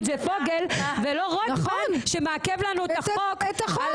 זה פוגל ולא רוטמן שמעכב לנו את החוק על